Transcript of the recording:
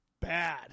bad